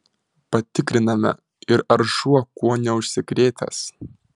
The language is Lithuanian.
patikriname ir ar šuo kuo neužsikrėtęs